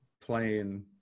playing